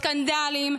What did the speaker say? סקנדלים,